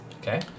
Okay